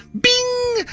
Bing